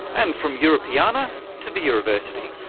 and from europeana to the euroversity,